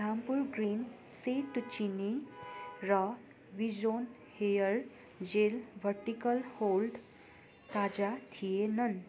Dhampur green सेतो चिनी र भी John hair gel vertical hold ताजा थिएनन्